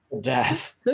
Death